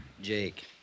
Jake